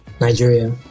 Nigeria